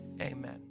amen